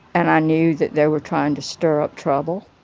and i knew that they were trying to stir up trouble.